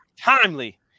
Timely